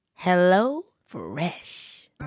HelloFresh